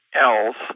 else